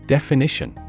Definition